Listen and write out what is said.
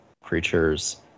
creatures